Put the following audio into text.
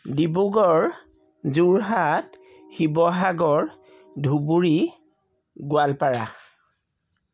Dibrugarh Jorhat Sivasagar Dhubri Goalpara